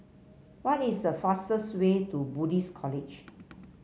what is the fastest way to Buddhist College